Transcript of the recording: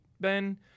Ben